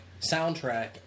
soundtrack